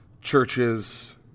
churches